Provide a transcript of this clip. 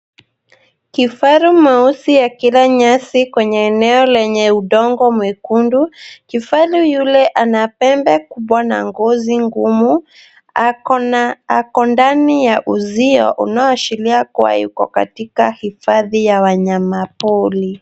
Kifaru mweusi akila nyasi kwenye eneo lenye udongo mwekundu, kifaru yule ana pembe kubwa na ngozi ngumu ako ndani ya uzio unaoashiria kuwa yuko katika hifadhi ya wanyama pori.